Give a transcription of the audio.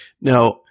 Now